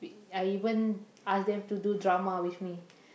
I even asked them to do drama with me